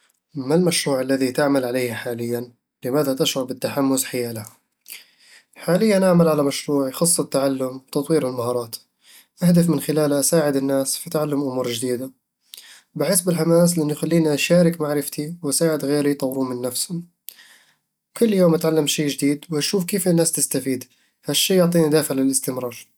ما المشروع الذي تعمل عليه حاليًا؟ لماذا تشعر بالتحمس حياله؟ حاليًا أعمل على مشروع يخص التعلم وتطوير المهارات، أهدف من خلاله أساعد الناس في تعلم أمور جديدة بحس بالحماس لأنه يخليني أشارك معرفتي وأساعد غيري يطورون من نفسهم كل يوم أتعلم شي جديد وأشوف كيف الناس تستفيد، هالشي يعطيني دافع للاستمرار